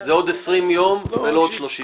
זה עוד 20 יום ולא עוד 30 יום.